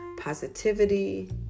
positivity